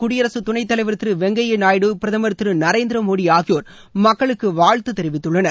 குடியரசு துணைத் தலைவர் திரு வெங்கைய நாயுடு பிரதமர் திரு நரேந்திர மோடி ஆகியோர் மக்களுக்கு வாழ்த்து தெரிவித்துள்ளனர்